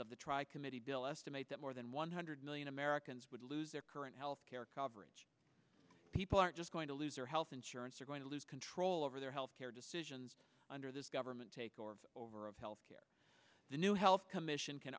of the tri committee bill estimate that more than one hundred million americans would lose their current health care coverage people are just going to lose their health insurance are going to lose control over their health care decisions under this government take over of health care the new health commission can